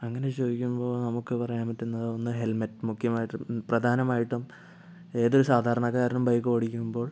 അങ്ങനെ ചോദിക്കുമ്പോൾ നമുക്ക് പറയാൻ പറ്റുന്നത് ഒന്ന് ഹെൽമെറ്റ് മുഖ്യമായിട്ടും പ്രധാനമായിട്ടും ഏതൊരു സാധാരണക്കാരനും ബൈക്ക് ഓടിക്കുമ്പോൾ